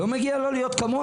לא מגיע לו להיות כמונו?